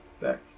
back